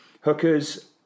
hookers